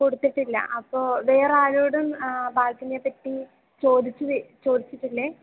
കൊടുത്തിട്ടില്ല അപ്പോൾ വേറാരോടും ബാഗിനെ പറ്റി ചോദിച്ച ചോദിച്ചിട്ടില്ലേ